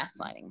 gaslighting